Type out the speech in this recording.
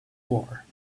war